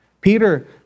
Peter